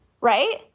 right